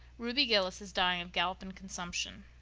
ruby gillis is dying of galloping consumption,